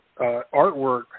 artwork